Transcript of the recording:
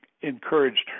encouraged